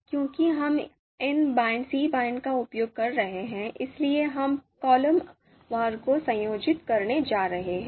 चूंकि हम ind cbind 'का उपयोग कर रहे हैं इसलिए हम कॉलम वार को संयोजित करने जा रहे हैं